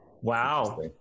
Wow